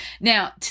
Now